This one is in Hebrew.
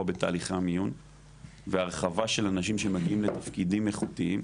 בתהליכי המיון והרחבה של אנשים שמגיעים לתפקידים איכותיים,